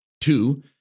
Two